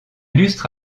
lustre